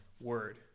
word